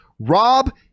Rob